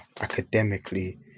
academically